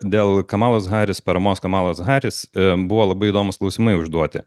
dėl kamalos haris paramos kamalos haris buvo labai įdomūs klausimai užduoti